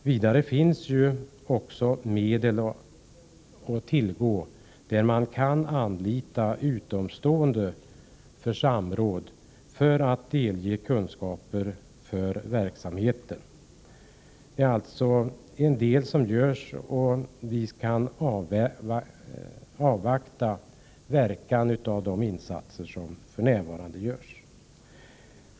Vidare finns medel att tillgå för att anlita utomstående för samråd och delgivande av kunskaper. Det görs således en del för närvarande, och vi kan avvakta verkan av dessa insatser.